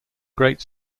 great